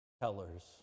tellers